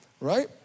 right